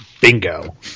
bingo